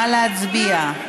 נא להצביע.